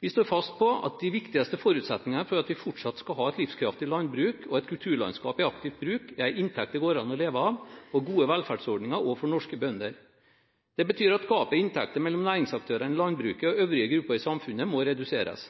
Vi står fast på at de viktigste forutsetningene for at vi fortsatt skal ha et livskraftig landbruk og et kulturlandskap i aktivt bruk, er en inntekt som det går an å leve av og gode velferdsordninger også for norske bønder. Det betyr at gapet i inntekter mellom næringsaktørene i landbruket og øvrige grupper i samfunnet må reduseres.